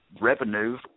revenue